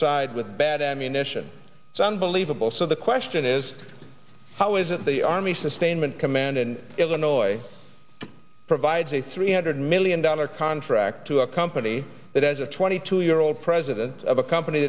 side with bad ammunition it's unbelievable so the question is how is it the army sustainment command and illinois provides a three hundred million dollar contract to a company that has a twenty two year old president of a company